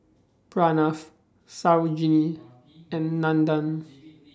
Pranav Sarojini and Nandan